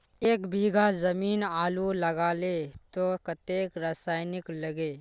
एक बीघा जमीन आलू लगाले तो कतेक रासायनिक लगे?